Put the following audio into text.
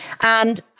And-